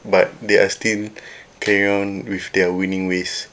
but they are still carrying on with their winning ways